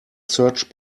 search